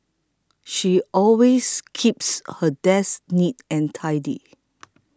she always keeps her desk neat and tidy